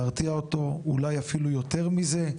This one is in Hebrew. להרתיע אותו, אולי אפילו יותר מזה,